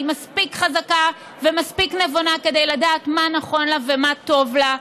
היא מספיק חזקה ומספיק נבונה לדעת מה נכון לה ומה טוב לה.